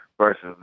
versus